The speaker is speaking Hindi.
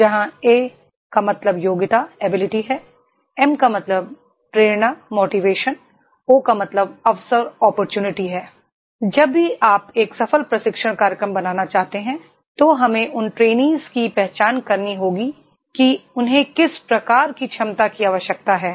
जहां ए योग्यता क्षमता एम प्रेरणा ओ अवसर जब भी आप एक सफल प्रशिक्षण कार्यक्रम बनाना चाहते हैं तो हमें उन प्रशि क्षुओं की पहचान करनी होगी कि उन्हें किस प्रकार की क्षमता की आवश्यकता है